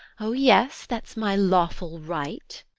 oh yes, that's my lawful right.